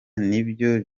nibyo